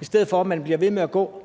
i stedet for at man bliver ved med at gå